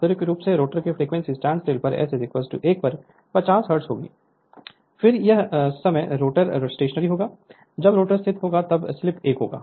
तो स्वाभाविक रूप से रोटर की फ्रीक्वेंसी स्टैंडस्टिल पर S 1 पर 50 हर्ट्ज होगी फिर उस समय रोटर स्टेशनरी होगा और जब रोटर स्थिर होगा तब स्लिप 1 होगा